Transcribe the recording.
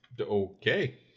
Okay